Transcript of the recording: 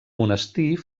monestir